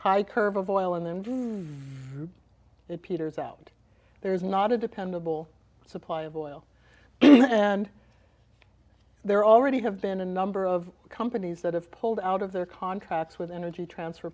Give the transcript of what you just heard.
it peters out there's not a dependable supply of oil and there already have been a number of companies that have pulled out of their contracts with energy transfer